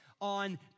on